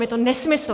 Je to nesmysl.